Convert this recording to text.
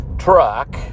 Truck